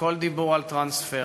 כל דיבור על טרנספר.